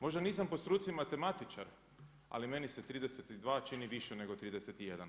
Možda nisam po struci matematičar ali meni se 32 čini više nego 31.